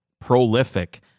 prolific